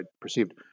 perceived